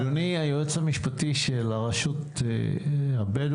אדוני היועץ המשפטי של רשות הבדואים.